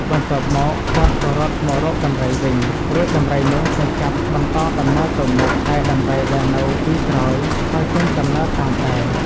បន្ទាប់មក គាត់ក៏រត់មករកដំរីវិញ រួចដំរីនោះក៏ចាប់បន្តដំណើរទៅមុខ ឯដំរីដែលនៅពីក្រោយ ក៏ចេញ ដំណើរតាមដែរ ។